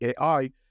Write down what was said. AI